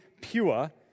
pure